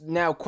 now